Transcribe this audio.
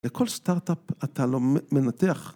לכל סטארט-אפ אתה לא מנתח.